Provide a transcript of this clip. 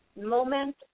moment